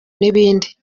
n’ibindi